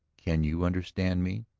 can you understand me?